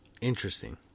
Interesting